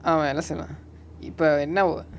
ah malaysia இப்ப என்னா:ippa enna oh